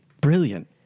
brilliant